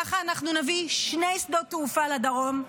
ככה אנחנו נביא שני שדות תעופה לדרום,